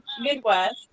Midwest